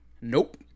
Nope